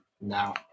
now